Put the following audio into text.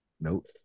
Nope